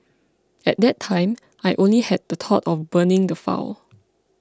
at that time I only had the thought of burning the file